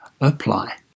apply